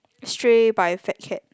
Stray by Fatcat